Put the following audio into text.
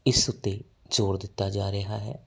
ਇਸ ਉੱਤੇ ਜ਼ੋਰ ਦਿੱਤਾ ਜਾ ਰਿਹਾ ਹੈ